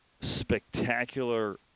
spectacular